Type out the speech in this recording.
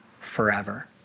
forever